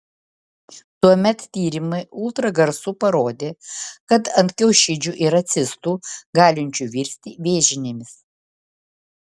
tuomet tyrimai ultragarsu parodė kad ant kiaušidžių yra cistų galinčių virsti vėžinėmis